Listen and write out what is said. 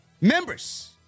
members